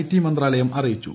T മന്ത്രാലയം അറിയിച്ചു